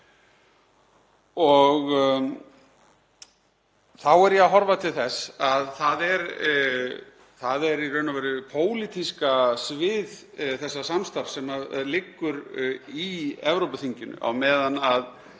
Þá er ég að horfa til þess að það er í raun og veru hið pólitíska svið þessa samstarfs sem liggur í Evrópuþinginu á meðan